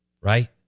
right